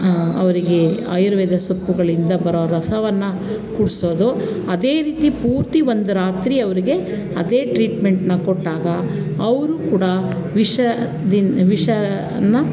ಅವರಿಗೆ ಆಯುರ್ವೇದ ಸೊಪ್ಪುಗಳಿಂದ ಬರೋ ರಸವನ್ನು ಕುಡಿಸೋದು ಅದೇ ರೀತಿ ಪೂರ್ತಿ ಒಂದು ರಾತ್ರಿ ಅವರಿಗೆ ಅದೇ ಟ್ರೀಟ್ಮೆಂಟನ್ನ ಕೊಟ್ಟಾಗ ಅವರು ಕೂಡ ವಿಷದಿನ್ ವಿಷನ